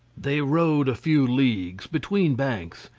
they rowed a few leagues, between banks,